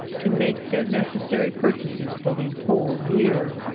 to make their necessary purchases for the whole year.